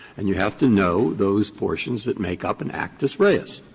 and you have to know those portions that make up an actus reus.